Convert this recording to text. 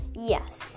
yes